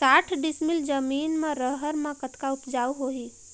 साठ डिसमिल जमीन म रहर म कतका उपजाऊ होही?